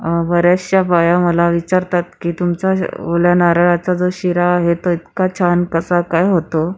बऱ्याचशा बाया मला विचारतात की तुमचा जो ओल्या नारळाचा जो शिरा आहे तो इतका छान कसा काय होतो